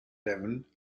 devon